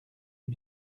est